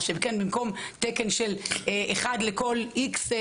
במקום תקן של אחד לכל "איקס",